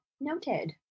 noted